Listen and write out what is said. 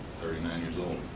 thirty nine years old.